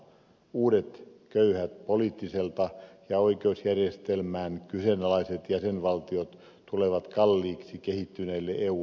uudet köyhät poliittiselta ja oikeusjärjestelmältään kyseenalaiset jäsenvaltiot tulevat kalliiksi kehittyneille eu maille